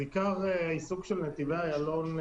עיקר העיסוק של נתיבי איילון,